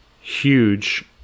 huge